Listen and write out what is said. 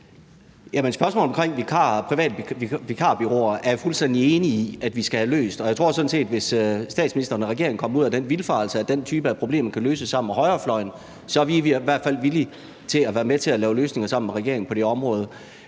Spørgsmålet om vikarer og private vikarbureauer er jeg fuldstændig enig i vi skal have fundet et svar på. Og jeg tror sådan set, at hvis statsministeren og regeringen kom ud af den vildfarelse, at den type af problemer kan løses sammen med højrefløjen, vil vi i hvert fald være villige til at være med til at lave løsninger sammen med regeringen på det område.